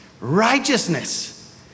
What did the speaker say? righteousness